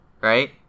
right